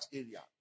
area